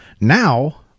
now